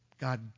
God